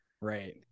right